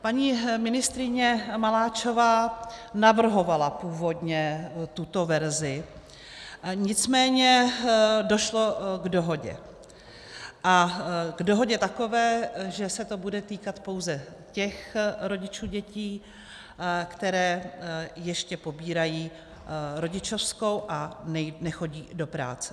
Paní ministryně Maláčová navrhovala původně tuto verzi, nicméně došlo k dohodě takové, že se to bude týkat pouze těch rodičů dětí, kteří ještě pobírají rodičovskou a nechodí do práce.